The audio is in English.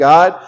God